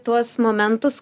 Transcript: tuos momentus